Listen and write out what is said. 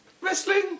wrestling